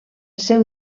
seu